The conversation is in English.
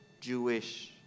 Jewish